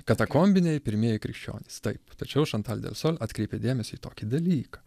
katakombiniai pirmieji krikščionys taip tačiau šantal delsol atkreipė dėmesį į tokį dalyką